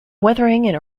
weathering